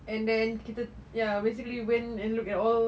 and then kita ya basically went and look at all